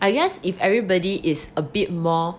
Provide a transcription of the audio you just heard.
I guess if everybody is a bit more